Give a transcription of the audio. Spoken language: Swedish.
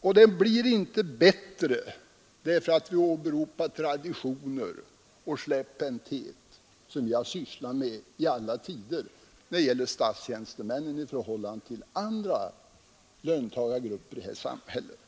Och den blir inte bättre därför att vi åberopar traditioner och viss släpphänthet, som vi i alla tider har ådagalagt mot statstjänstemännen i förhållande till andra löntagargrupper i det här samhället.